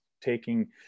taking